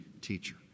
teacher